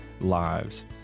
lives